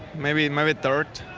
maybe and maybe third.